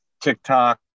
TikTok